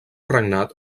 regnat